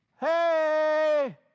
Hey